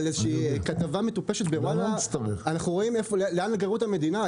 על איזה כתבה מטופשת בוואלה אנחנו רואים לאן גררו את המדינה.